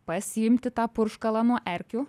pasiimti tą purškalą nuo erkių